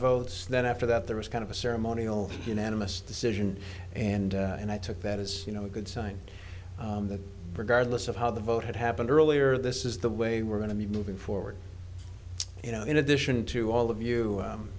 votes then after that there was kind of a ceremonial unanimous decision and and i took that as you know a good sign that regardless of how the vote had happened earlier this is the way we're going to be moving forward you know in addition to all of